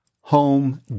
Home